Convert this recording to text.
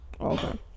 Okay